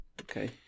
okay